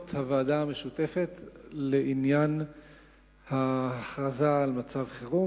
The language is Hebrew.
הוועדה המשותפת לעניין ההכרזה על מצב חירום.